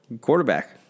Quarterback